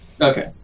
Okay